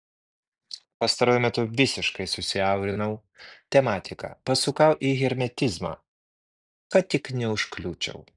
pastaruoju metu visiškai susiaurinau tematiką pasukau į hermetizmą kad tik neužkliūčiau